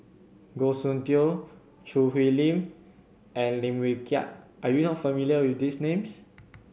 Goh Soon Tioe Choo Hwee Lim and Lim Wee Kiak are you not familiar with these names